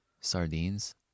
Sardines